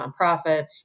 nonprofits